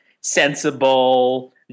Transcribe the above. sensible